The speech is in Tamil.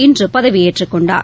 இன்று பதவியேற்றுக் கொண்டார்